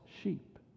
sheep